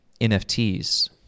NFTs